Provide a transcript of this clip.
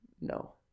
No